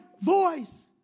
voice